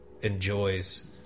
enjoys